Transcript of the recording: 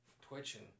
twitching